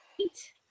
eat